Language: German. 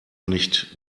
nicht